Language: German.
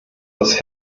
das